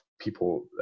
people